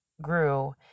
grew